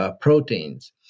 proteins